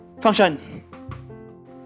Function